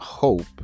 hope